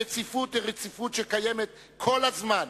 הרציפות היא רציפות שקיימת כל הזמן.